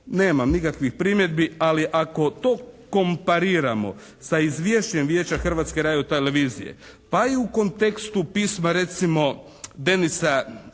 nema nikakvih primjedbi ali ako to kompariramo sa izvješćem Vijeća Hrvatske radiotelevizije pa i u kontekstu pisma recimo Denisa Latina